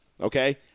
okay